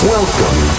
Welcome